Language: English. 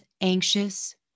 anxious